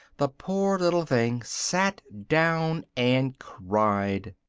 the poor little thing sat down and cried.